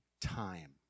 time